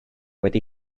wedi